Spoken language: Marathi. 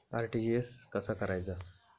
आर.टी.जी.एस कसा करायचा?